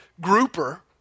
grouper